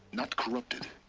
not corrupted.